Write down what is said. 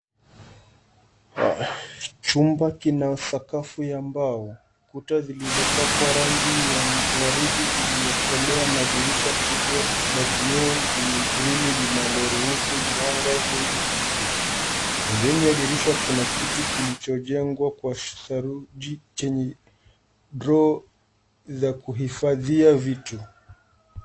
Chumba kina sakafu ya mbao, kuta zilizo pakwa rangi ya waridi iliyokolea na dirisha kubwa la vioo vyenye grili vinavyo ruhusu mwanga mwingi kuingia. Pembeni ya dirisha kuna kiti kilicho jengwa kwa saruji chenye [cs ] droo[cs ] za kuhifadhia vitu.